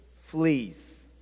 Fleas